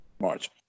march